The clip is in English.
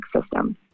system